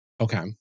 Okay